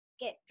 Get